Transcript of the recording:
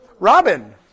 Robin